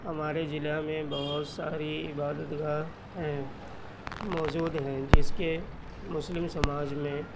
ہمارے ضلع میں بہت ساری عبادت گاہ ہیں موجود ہیں جیسے کہ مسلم سماج میں